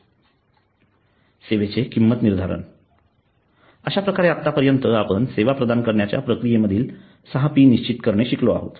सेवांचे किंमत निर्धारण अश्याप्रकारे आत्तापर्यंत आपण सेवा प्रदान करण्याच्या प्रक्रिये मधील सहा पी निश्चित करणे शिकलो आहोत